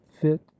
fit